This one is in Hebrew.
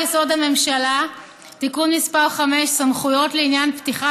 הממשלה (תיקון מס' 5) (סמכויות לעניין פתיחה